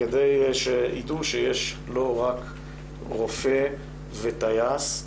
כדי שיידעו שיש לא רק "רופא", "טייס"